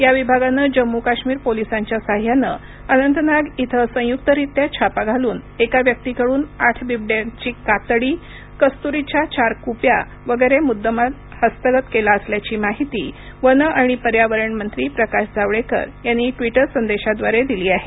या विभागानं जम्मू काश्मीर पोलिसांच्या साह्यानं अनंतनाग इथं संयुक्तरित्या छापा घालून एका व्यक्तीकडून आठ बिबट्यांची कातडी कस्तुरीच्या चार कुप्या वगैरे मुद्देमाल हस्तगत केला असल्याची माहिती वनं आणि पर्यावरण मंत्री प्रकाश जावडेकर यांनी ट्विटर संदेशाद्वारे दिली आहे